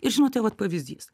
ir žinote vat pavyzdys